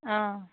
অঁ